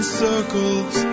circles